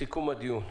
אני מסכם את הדיון.